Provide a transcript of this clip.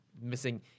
missing